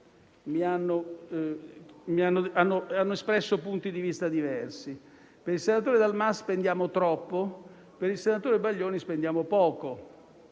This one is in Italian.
hanno espresso punti di vista diversi: per il senatore Dal Mas spendiamo troppo, per il senatore Balboni spendiamo poco.